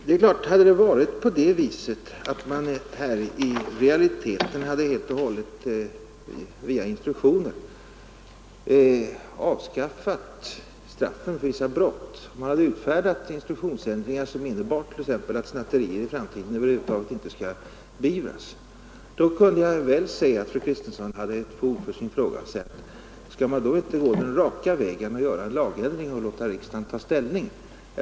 Om man vidare i realiteten via instruktioner helt hade avskaffat straffen för vissa brott, t.ex. hade utfärdat instruktionsändringar som innebar att snatterier i framtiden över huvud taget inte skall beivras, kunde jag väl ha ansett att fru Kristensson hade haft fog för sin fråga, om man inte skall gå den raka vägen och låta riksdagen ta ställning.